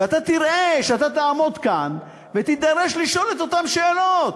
ואתה תראה שאתה תעמוד כאן ותידרש לשאול את אותן שאלות.